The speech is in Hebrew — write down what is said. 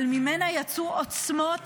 אבל ממנה יצאו עוצמות